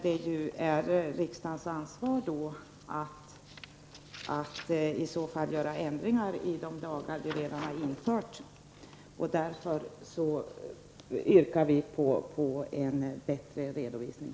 Det är i så fall riksdagens ansvar att företa ändringar i de lagar vi redan har stiftat. Därför yrkar vi på en bättre redovisning.